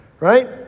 Right